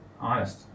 honest